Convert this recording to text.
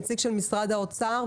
נציג של משרד האוצר,